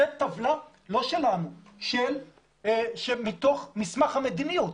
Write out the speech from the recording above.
זאת טבלה לא שלנו אלא מתוך מסמך המדיניות,